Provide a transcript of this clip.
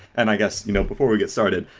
and i guess you know before we get started,